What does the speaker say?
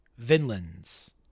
Vinland's